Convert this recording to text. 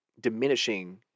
diminishing